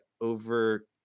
over